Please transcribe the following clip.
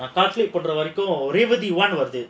calculate பண்ற வரைக்கும் ரேவதி வருது:pandra varaikkum revathi varuthu